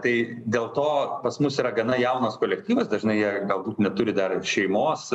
tai dėl to pas mus yra gana jaunas kolektyvas dažnai jie galbūt neturi dar šeimos